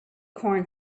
corn